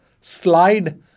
slide